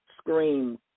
scream